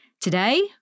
Today